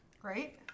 Great